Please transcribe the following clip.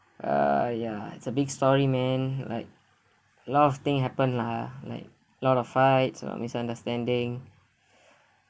uh ya it's a big story man like lot of thing happen lah like a lot of fights and misunderstanding